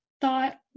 thought